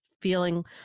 feeling